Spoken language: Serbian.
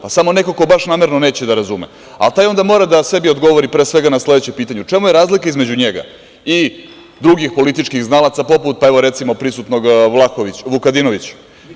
Pa, samo neko ko baš namerno neće da razume, a taj onda mora sebi pre svega da odgovori na sledeće pitanje, u čemu je razlika između njega i drugih političkih znalaca poput, recimo prisutnog Vukadinovića.